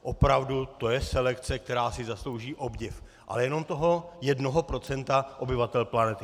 Opravdu, to je selekce, která si zaslouží obdiv, ale jenom toho jednoho procenta obyvatel planety.